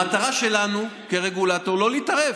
המטרה שלנו כרגולטור היא לא להתערב.